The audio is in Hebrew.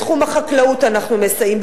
בתחום החקלאות אנחנו מסייעים,